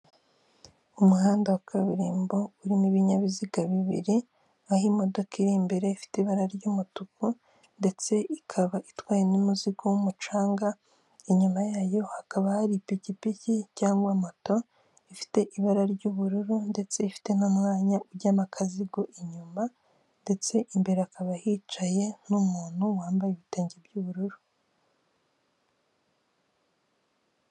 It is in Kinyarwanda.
Umuhanda wa kaburimbo urimo ibinyabiziga bibiri aho imodoka iri imbere ifite ibara ry'umutuku ndetse ikaba itwaye n'umuzigo w'umucanga inyuma yayo hakaba hari ipikipiki cyangwa moto ifite ibara ry'ubururu ndetse ifite n'umwanya ujyanama kazigu inyuma ndetse imbere akaba yicaye n'umuntu wambaye ibitwenge by'ubururu.